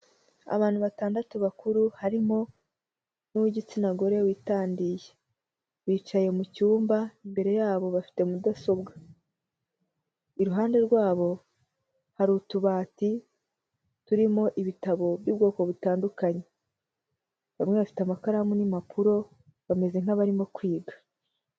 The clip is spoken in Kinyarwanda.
Abantu batandatu bakuru harimo n'uw'igitsina gore witandiye. Bicaye mu cyumba imbere yabo bafite mudasobwa, iruhande rwabo hari utubati turimo ibitabo by'ubwoko butandukanye, bamwe bafite amakaramu n'impapuro bameze nk'abarimo kwiga.